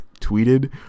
tweeted